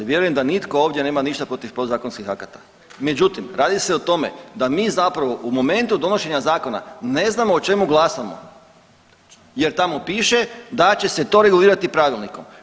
Vjerujem da nitko ovdje nema ništa protiv podzakonskih akata, međutim radi se o tome da mi zapravo u momentu donošenja zakona ne znamo o čemu glasamo jer tamo piše da će se to regulirati pravilnikom.